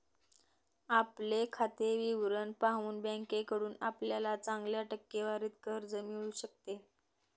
आपले खाते विवरण पाहून बँकेकडून आपल्याला चांगल्या टक्केवारीत कर्ज मिळू शकते